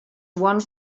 one